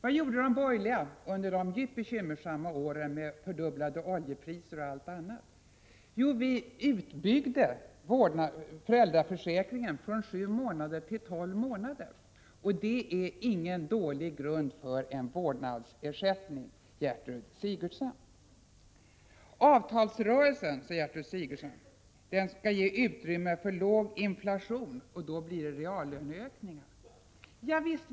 Vad gjorde de borgerliga under de djupt bekymmersamma åren med fördubblade oljepriser och allt annat? Jo, vi byggde ut föräldraförsäkringen från sju till tolv månader, och det är ingen dålig grund för en vårdnadsersättning, Gertrud Sigurdsen. Avtalsrörelsen skall ge utrymme för låg inflation, sade Gertrud Sigurdsen, och då blir det reallöneökningar. Javisst!